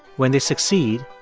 when they succeed,